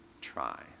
try